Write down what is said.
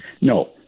No